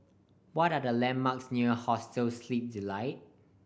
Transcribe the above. what are the landmarks near Hostel Sleep Delight